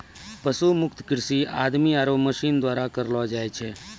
पशु मुक्त कृषि आदमी आरो मशीन द्वारा करलो जाय छै